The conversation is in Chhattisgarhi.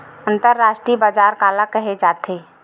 अंतरराष्ट्रीय बजार काला कहे जाथे?